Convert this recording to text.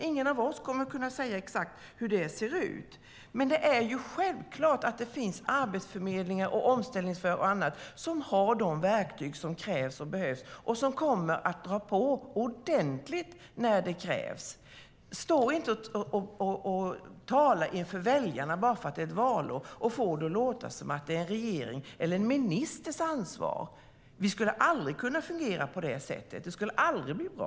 Ingen av oss kan säga exakt hur det ser ut, men det är självklart att det finns arbetsförmedlingar, omställningsföretag och annat som har de verktyg som behövs och som kommer att ligga i ordentligt när det krävs. Stå inte och tala inför väljarna bara för att det är ett valår och få det att låta som att det är en regerings eller en ministers ansvar! Vi skulle aldrig kunna fungera på det sättet. Det skulle aldrig bli bra.